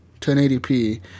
1080p